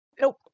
Nope